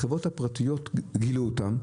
החברות הפרטיות גילו אותן,